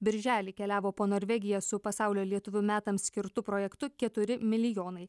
birželį keliavo po norvegiją su pasaulio lietuvių metams skirtu projektu keturi milijonai